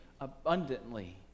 abundantly